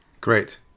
Great